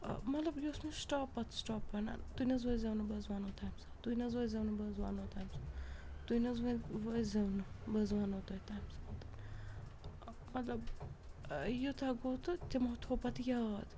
مطلب یہِ اوس مےٚ سٹاپ پتہٕ سٹاپ وَنان تُہۍ نَہ حظ ؤسۍزیو نہٕ بہٕ حظ وَنو تَمہِ ساتہٕ تُہۍ نَہ ؤسۍزیو نہٕ بہٕ حظ وَنو تَمہِ ساتہٕ تُہۍ نَہ حظ وَ ؤسۍزیوو نہٕ بہٕ حظ وَنو تۄہہِ تَمہِ ساتہٕ مطلب یوٗتاہ گوٚو تہٕ تِمو تھوٚو پَتہٕ یاد